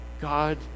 God